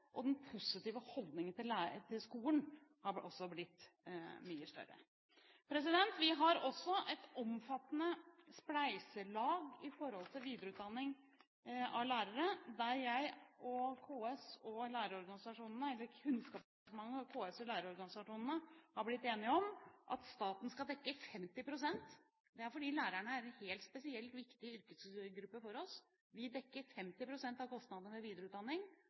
Vi har også et omfattende spleiselag når det gjelder videreutdanning av lærere. Kunnskapsdepartementet, KS og lærerorganisasjonene har blitt enige om at staten skal dekke 50 pst. fordi lærerne er en helt spesielt viktig yrkesgruppe for oss. Vi dekker 50 pst. av kostnadene ved videreutdanning.